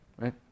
Right